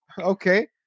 Okay